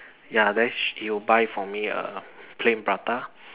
ya then sh~ he would buy for me a plain prata